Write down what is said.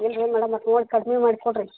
ಇಲ್ರಿ ಮೇಡಮ್ ಮತ್ತೆ ನೋಡಿ ಕಡ್ಮೆ ಮಾಡಿ ಕೊಡಿರಿ